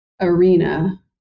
arena